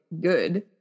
good